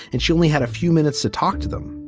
and she only had a few minutes to talk to them.